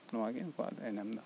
ᱱᱚᱣᱟ ᱜᱮ ᱱᱩᱠᱩᱣᱟᱜ ᱫᱚ ᱮᱱᱮᱢ ᱫᱚ